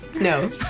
No